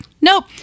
Nope